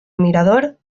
mirador